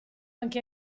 anche